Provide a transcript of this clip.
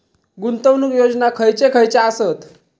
गुंतवणूक योजना खयचे खयचे आसत?